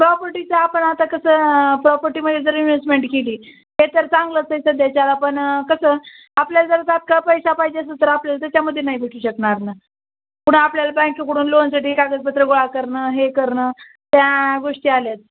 प्रॉपर्टीचं आपण आता कसं प्रॉपर्टीमध्ये जर इन्व्हेस्टमेंट केली हे तर चांगलंच आहे तर त्याच्यावर आपण कसं आपल्याला जर तात्काळ पैसा पाहिजे असंल तर आपल्याला त्याच्यामध्ये नाही भेटू शकणार ना पुन्हा आपल्याला बँककडून लोनसाठी कागदपत्र गोळा करणं हे करणं त्या गोष्टी आल्या आहेत